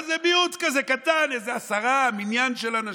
מיעוט כזה קטן, עשרה, מניין של אנשים.